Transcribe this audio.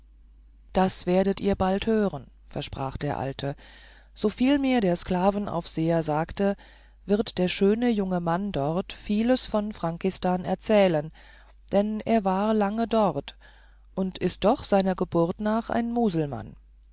das werdet ihr bald hören versprach der alte soviel mir der sklavenaufseher sagte wird der schöne junge mann dort vieles von frankistan erzählen denn er war lange dort und ist doch seiner geburt nach ein muselmann